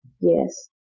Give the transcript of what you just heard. Yes